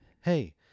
Hey